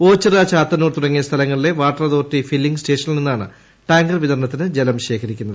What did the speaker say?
ഓച്ചിറ ചാത്തന്നൂർ തുടങ്ങിയ സ്ഥലങ്ങളിലെ water authority filling സ്റ്റേഷനിൽ നിന്നാണ് ടാങ്കർ വിതരണത്തിന് ജലം ശേഖരിക്കുന്നത്